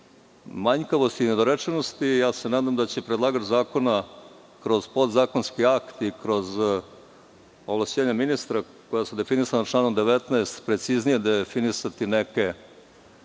manjkavosti i nedorečenosti. Nadam se da će predlagač zakona kroz podzakonske akte i kroz ovlašćenja ministra, koja su definisana članom 19, preciznije definisati neke